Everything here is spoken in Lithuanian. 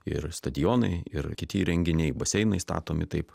ir stadionai ir kiti įrenginiai baseinai statomi taip